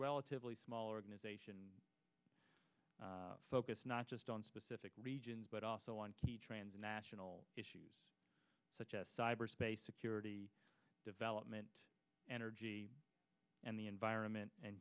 relatively small organization focus now on specific regions but also on key trans national issues such as cyber space security development energy and the environment and